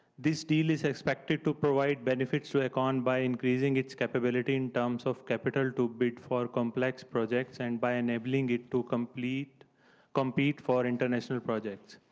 this deal is expected to provide benefits to aecon by increasing its capability in terms of capital to bid for complex projects and by enabling it to compete compete for international projects.